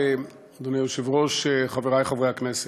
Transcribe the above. אדוני היושב-ראש, חברי חברי הכנסת,